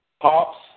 Pops